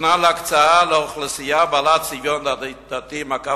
שתוכנן להקצאה לאוכלוסייה בעלת צביון דתי-חרדי.